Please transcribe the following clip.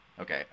Okay